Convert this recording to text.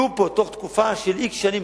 ויהיו פה בתקופה של x שנים,